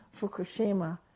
Fukushima